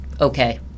okay